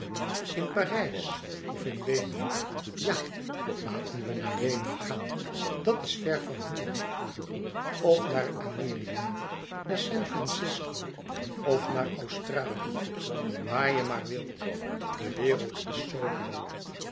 in parijs of in weenen ja laten we naar weenen gaan dat is ver van hier of naar amerika naar san francisco of naar australië waar je maar wilt de wereld is zoo groot